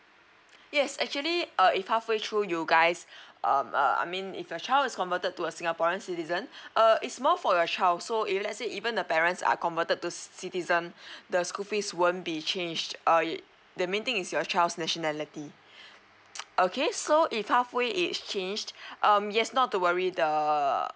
yes actually err if halfway through you guys um err I mean if your child is converted to a singaporean citizens err it's more for your child so if let's say even the parents are converted to citizen the school fees won't be changed err the main thing is your child's nationality okay so if halfway it changed um yes not to worry the